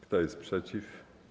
Kto jest przeciw?